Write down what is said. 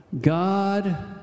God